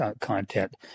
content